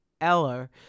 Eller